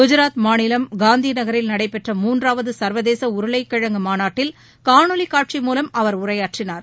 குஜராத் மாநிலம் காந்தி நகரில் நடைபெற்ற மூன்றாவது சர்வதேச உருளைக்கிழங்கு மாநாட்டில் காணொலிக்காட்சி மூலம் அவர் உரையாற்றினார்